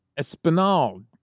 Espinal